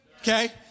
Okay